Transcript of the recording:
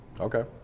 Okay